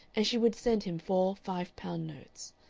and she would send him four five-pound notes.